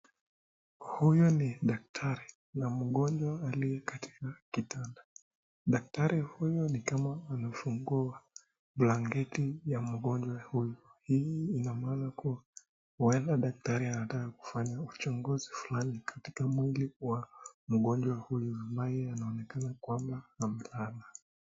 Huyu ni daktari na mgonjwa aliye katika kitanda. Daktari huyu ni kama anafungua blanketi ya mgonjwa huyu. Hii ina maana kuwa huenda daktari anataka kufanya uchunguzi fulani katika mwili wa mgonjwa huyu, ambaye anaonekana kama amelala.